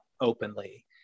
openly